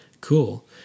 Cool